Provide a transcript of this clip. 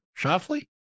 Shoffley